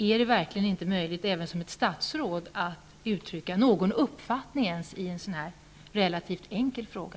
Är det verkligen inte möjligt för ett statsråd att ens uttala någon uppfattning i en så relativt enkel fråga?